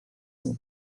and